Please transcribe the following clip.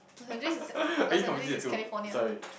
are you confusing the two sorry